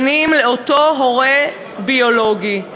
בנים לאותו הורה ביולוגי.